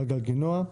על גלגינוע.